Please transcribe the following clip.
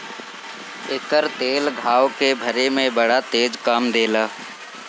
एकर तेल घाव के भरे में बड़ा तेज काम देला